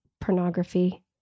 pornography